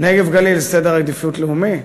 נגב גליל זה סדר עדיפות לאומי?